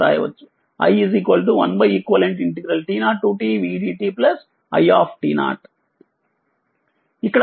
i 1Leq t0tv dt i ఇక్కడ 1Leq 1L11L2